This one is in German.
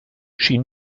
schien